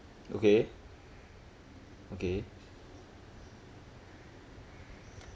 okay okay